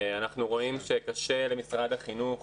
אנחנו רואים שקשה למשרד החינוך